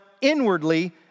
inwardly